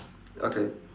okay